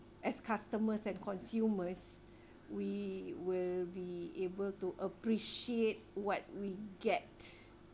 as customers and consumers we will be able to appreciate what we get